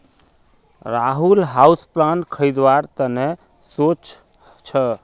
Rahul houseplant खरीदवार त न सो च छ